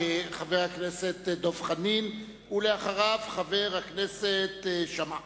חבר הכנסת דב חנין, ואחריו, חבר הכנסת כרמל שאמה.